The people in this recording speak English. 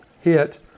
hit